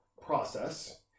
process